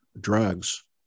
drugs